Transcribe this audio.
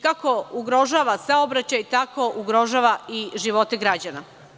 Kako ugrožava saobraćaj, tako ugrožava i živote građana.